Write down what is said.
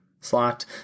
slot